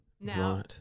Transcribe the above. right